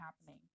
happening